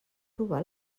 robat